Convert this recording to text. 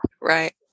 right